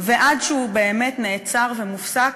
ועד שהוא באמת נעצר ומופסק,